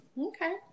Okay